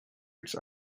its